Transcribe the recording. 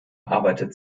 arbeitet